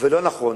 ולא נכון,